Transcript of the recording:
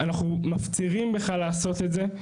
אנחנו מפצירים בך לעשות את זה.